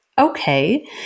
okay